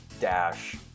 dash